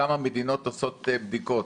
כמה מדינות עושות בדיקות,